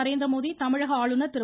நரேந்திரமோடி தமிழக ஆளுநர் திரு